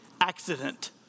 accident